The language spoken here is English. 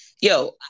Yo